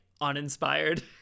uninspired